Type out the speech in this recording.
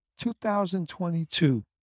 2022